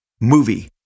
movie